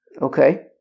Okay